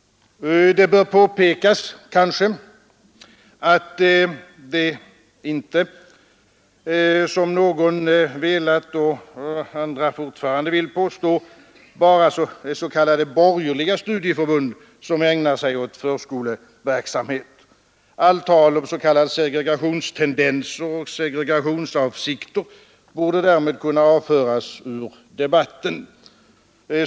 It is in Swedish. Det bör kanske påpekas att det inte, som några velat och andra fortfarande vill påstå, bara är s.k. borgerliga studieförbund som ägnar sig åt förskoleverksamhet. Allt tal om segregationstendenser och segregationsavsikter borde därmed kunna avföras ur debatten.